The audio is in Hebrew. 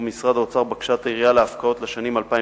ובמשרד האוצר בקשת העירייה להפקעות לשנים 2009